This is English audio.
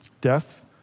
Death